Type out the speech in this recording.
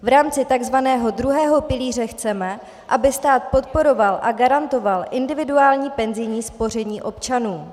V rámci takzvaného druhého pilíře chceme, aby stát podporoval a garantoval individuální penzijní spoření občanů.